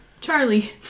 Charlie